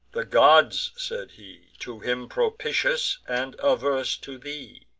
the gods, said he, to him propitious, and averse to thee,